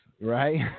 Right